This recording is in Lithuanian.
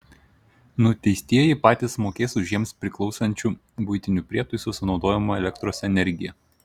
nuteistieji patys mokės už jiems priklausančių buitinių prietaisų sunaudojamą elektros energiją